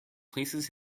places